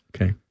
Okay